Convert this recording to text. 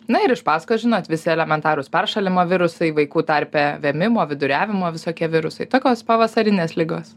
na ir iš pasakos žinot visi elementarūs peršalimo virusai vaikų tarpe vėmimo viduriavimo visokie virusai tokios pavasarinės ligos